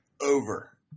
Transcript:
Over